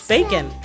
Bacon